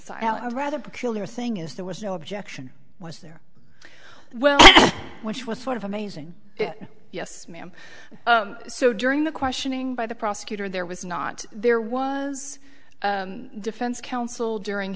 silent rather peculiar thing is there was no objection was there well which was sort of amazing yes ma'am so during the questioning by the prosecutor there was not there was defense counsel during